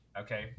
Okay